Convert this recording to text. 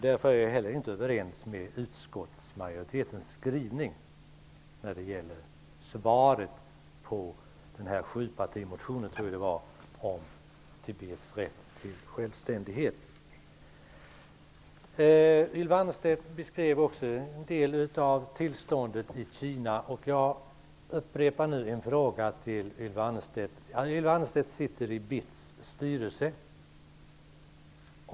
Därför är jag inte överens med utskottsmajoriteten när det gäller bemötandet av sjupartimotionen om Tibets rätt till självständighet. Ylva Annerstedt beskrev tillståndet i Kina. Jag upprepar en fråga till Ylva Annerstedt. Ylva Annerstedt sitter i BITS styrelse.